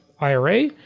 IRA